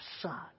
son